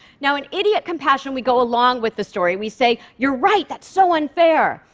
now, in idiot compassion, we go along with the story, we say, you're right, that's so unfair,